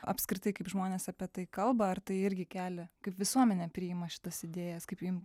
apskritai kaip žmonės apie tai kalba ar tai irgi kelia kaip visuomenė priima šitas idėjas kaip jiem